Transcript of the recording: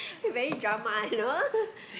very drama you know